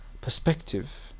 Perspective